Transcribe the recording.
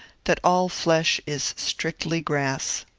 that all flesh is strictly grass!